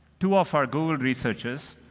two of our google researchers,